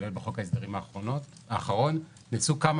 כולל בחוק ההסדרים האחרון נעשו כמה